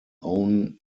own